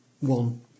one